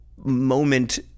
Moment